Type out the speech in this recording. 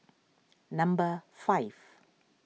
number five